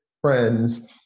friends